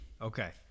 Okay